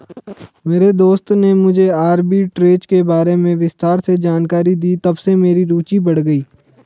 मेरे दोस्त ने मुझे आरबी ट्रेज़ के बारे में विस्तार से जानकारी दी तबसे मेरी रूचि बढ़ गयी